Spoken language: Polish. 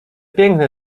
piękne